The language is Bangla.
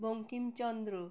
বঙ্কিমচন্দ্র